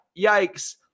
yikes